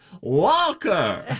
Walker